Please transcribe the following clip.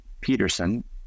Peterson